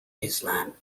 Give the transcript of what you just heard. islam